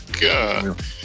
God